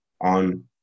on